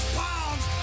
pounds